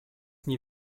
nie